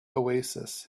oasis